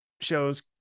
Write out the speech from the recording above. shows